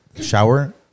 shower